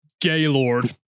Gaylord